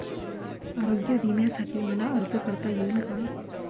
आरोग्य विम्यासाठी मला अर्ज करता येईल का?